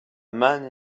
man